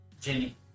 Jenny